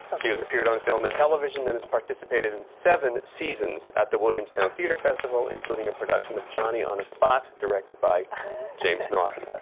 she has appeared on film and television and has participated in seven seasons at the williamstown theatre festival, including a production of johnny on a spot, directed by james naughton.